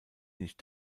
nicht